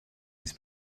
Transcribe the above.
this